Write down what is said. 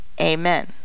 amen